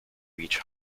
reach